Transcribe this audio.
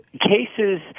Cases